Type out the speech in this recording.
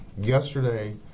Yesterday